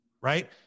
right